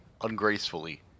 ungracefully